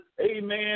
amen